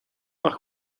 par